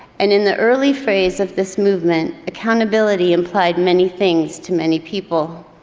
and in the early phase of this movement, accountability implied many things to many people